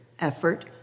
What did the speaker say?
effort